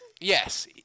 Yes